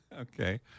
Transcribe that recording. Okay